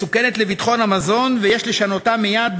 מסוכנת לביטחון התזונתי ויש לשנותה מייד,